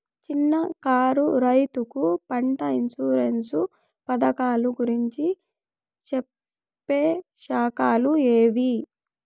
చిన్న కారు రైతుకు పంట ఇన్సూరెన్సు పథకాలు గురించి చెప్పే శాఖలు ఏవి?